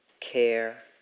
care